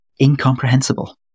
incomprehensible